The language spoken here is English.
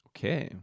Okay